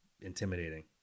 intimidating